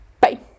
Bye